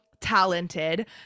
talented